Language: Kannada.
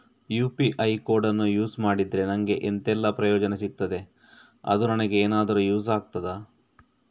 ಯು.ಪಿ.ಐ ಕೋಡನ್ನು ಯೂಸ್ ಮಾಡಿದ್ರೆ ನನಗೆ ಎಂಥೆಲ್ಲಾ ಪ್ರಯೋಜನ ಸಿಗ್ತದೆ, ಅದು ನನಗೆ ಎನಾದರೂ ಯೂಸ್ ಆಗ್ತದಾ?